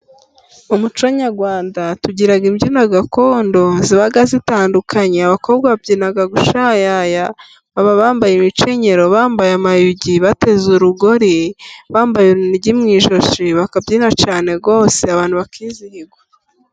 Mu muco nyarwanda tugira imbyino gakondo ziba zitandukanye. Abakobwa babyina gushayaya, baba bambaye imikenyero, bambaye amayugi, bateze urugori, bambaye urunigi mu ijosi, bakabyina cyane rwose abantu bakizihirwa.